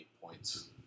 points